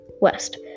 West